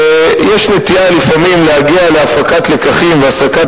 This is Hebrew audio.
יש נטייה לפעמים להגיע להפקת לקחים והסקת